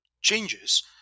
changes